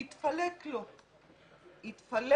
והתפלק לו והוא אמר